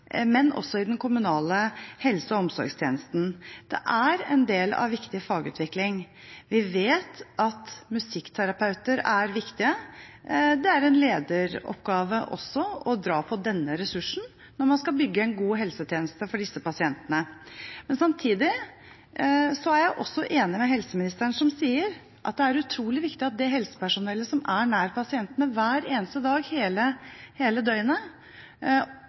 også i den kommunale helse- og omsorgstjenesten, det er en del av viktig fagutvikling. Vi vet at musikkterapeuter er viktige, det er en lederoppgave også å ha med denne ressursen når man skal bygge en god helsetjeneste for disse pasientene. Samtidig er jeg enig med helseministeren, som sier at det er utrolig viktig at helsepersonellet som er nær pasientene hver eneste dag, hele døgnet,